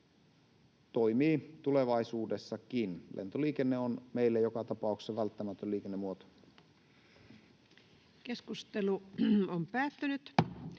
toimii tulevaisuudessakin. Lentoliikenne on meille joka tapauksessa välttämätön liikennemuoto.